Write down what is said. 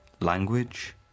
language